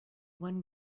one